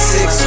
Six